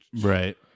Right